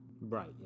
Right